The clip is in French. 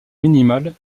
minimal